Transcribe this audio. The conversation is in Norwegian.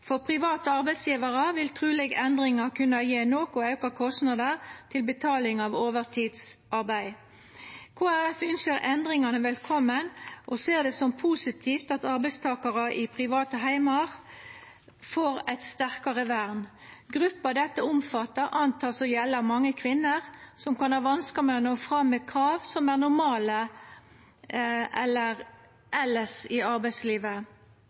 For private arbeidsgjevarar vil truleg endringa kunna gje noko auka kostnader til betaling av overtidsarbeid. Kristeleg Folkeparti ynskjer endringane velkomne og ser det som positivt at arbeidstakarar i private heimar får eit sterkare vern. Gruppa dette omfattar, er anteken å gjelda mange kvinner, som kan ha vanskar med å nå fram med krav som er normale elles i arbeidslivet.